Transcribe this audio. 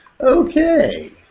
Okay